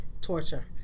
torture